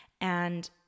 And-